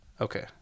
Okay